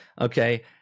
Okay